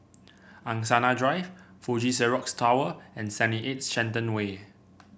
Angsana Drive Fuji Xerox Tower and seventy eight Shenton Way